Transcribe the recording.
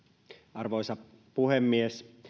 arvoisa puhemies